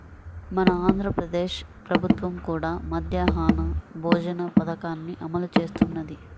మన ఆంధ్ర ప్రదేశ్ ప్రభుత్వం కూడా మధ్యాహ్న భోజన పథకాన్ని అమలు చేస్తున్నది